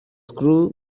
screw